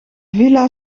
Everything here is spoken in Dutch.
villa